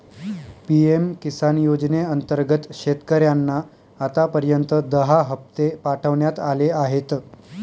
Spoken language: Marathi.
पी.एम किसान योजनेअंतर्गत शेतकऱ्यांना आतापर्यंत दहा हप्ते पाठवण्यात आले आहेत